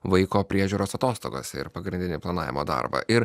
vaiko priežiūros atostogase ir pagrindinį planavimo darbą ir